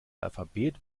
alphabet